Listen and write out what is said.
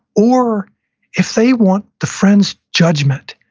or if they want the friend's judgment.